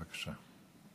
בבקשה.